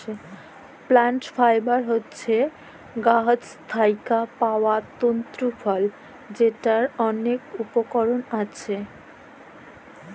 plant fibre হছে গাহাচ থ্যাইকে পাউয়া তল্তু ফল যেটর ম্যালা উপকরল আসে